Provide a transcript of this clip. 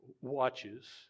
watches